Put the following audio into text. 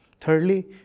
Thirdly